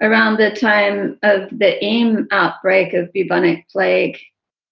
around the time of the ame outbreak of bubonic plague